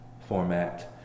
format